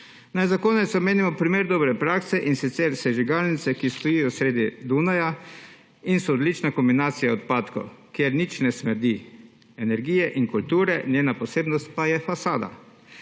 Naj za konec omenimo primer dobre prakse, in sicer sežigalnice, ki stojijo sredi Dunaja in so odlična kombinacija odpadkov, kjer nič ne smrdi, energije in kulture, njena posebnost pa je fasada.